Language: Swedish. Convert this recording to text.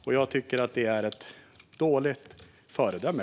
Jag tycker helt enkelt att man är ett dåligt föredöme.